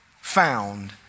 found